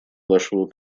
вашего